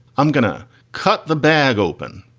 i'm gonna cut the bag open.